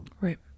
Right